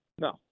No